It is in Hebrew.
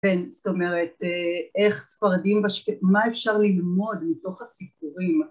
כן, זאת אומרת, איך ספרדים, מה אפשר ללמוד מתוך הסיפורים?